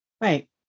Right